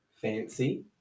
fancy